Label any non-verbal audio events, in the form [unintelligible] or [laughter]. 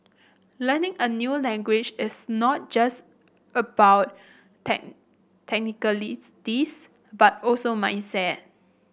learning a new language is not just about tech [unintelligible] but also mindset